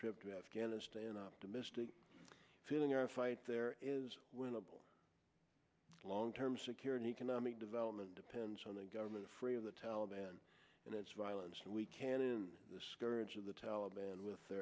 trip to afghanistan optimistic feeling our fight there is winnable long term security economic development depends on the government free of the taliban and its violence and we can in the scourge of the taliban with